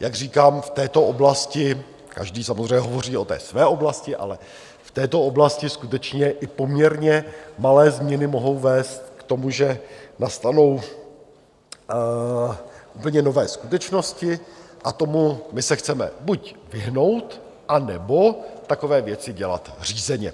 jak říkám, v této oblasti každý samozřejmě hovoří o té své oblasti, ale v této oblasti skutečně i poměrně malé změny mohou vést k tomu, že nastanou úplně nové skutečnosti a tomu my se chceme buď vyhnout, anebo takové věci dělat řízeně.